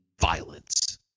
violence